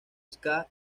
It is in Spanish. ska